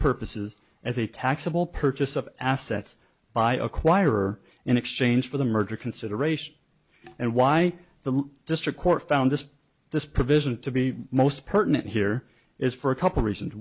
purposes as a taxable purchase of assets by acquire in exchange for the merger consideration and why the district court found this this provision to be most pertinent here is for a couple reasons